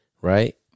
right